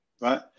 right